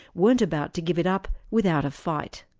weren't about to give it up without a fight.